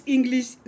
English